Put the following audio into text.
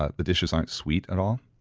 ah the dishes aren't sweet at all.